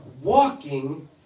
walking